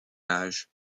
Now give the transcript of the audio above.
âge